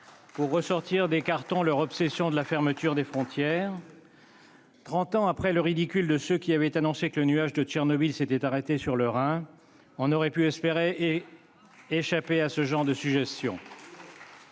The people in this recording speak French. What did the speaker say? pour ressortir des cartons leur obsession de la fermeture des frontières. Trente ans après le ridicule de ceux qui avaient annoncé que le nuage de Tchernobyl s'était arrêté sur le Rhin, on aurait pu espérer échapper à ce genre de suggestions.